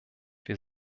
wir